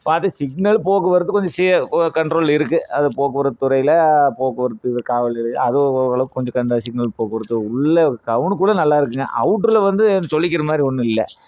பார்த்தா சிக்னல் போக்குவரத்து கொஞ்சம் சீர் கன்ட்ரோலில் இருக்குது அது போக்குவரத்து துறையில் போக்குவரத்து காவல்நிலைய அது ஓரளவுக்கு கொஞ்சம் சிக்னல் போக்குவரத்து உள்ளே டவுன்குள்ளெ நல்லாயிருக்குங்க அவுட்டரில் வந்து ஏதும் சொல்லிக்கிற மாதிரி ஒன்றும் இல்லை